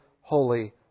holy